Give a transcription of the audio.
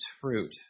fruit